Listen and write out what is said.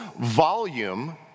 volume